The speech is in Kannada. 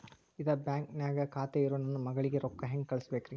ಇದ ಬ್ಯಾಂಕ್ ನ್ಯಾಗ್ ಖಾತೆ ಇರೋ ನನ್ನ ಮಗಳಿಗೆ ರೊಕ್ಕ ಹೆಂಗ್ ಕಳಸಬೇಕ್ರಿ?